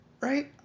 Right